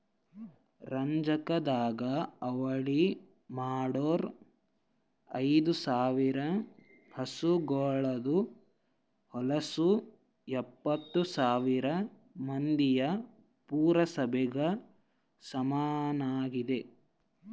ರಂಜಕದಾಗ್ ಅಳತಿ ಮಾಡೂರ್ ಐದ ಸಾವಿರ್ ಹಸುಗೋಳದು ಹೊಲಸು ಎಪ್ಪತ್ತು ಸಾವಿರ್ ಮಂದಿಯ ಪುರಸಭೆಗ ಸಮನಾಗಿದೆ